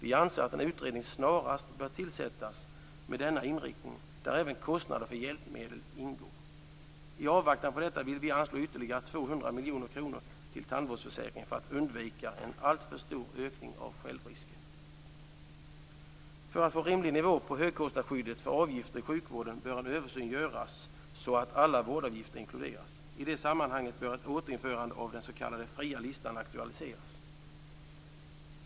Vi anser att en utredning snarast bör tillsättas med denna inriktning, där även kostnader för hjälpmedel ingår. I avvaktan på detta vill vi anslå ytterligare 200 miljoner kronor till tandvårdsförsäkringen för att undvika en alltför stor ökning av självrisken. För att få rimlig nivå på högkostnadsskyddet för avgifter i sjukvården bör en översyn göras så att alla vårdavgifter inkluderas. I det sammanhanget bör ett återinförande av den s.k. fria listan aktualiseras.